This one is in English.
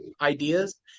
ideas